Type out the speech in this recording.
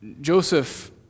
Joseph